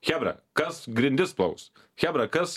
chebra kas grindis plaus chebra kas